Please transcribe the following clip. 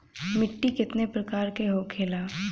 मिट्टी कितने प्रकार के होखेला?